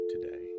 today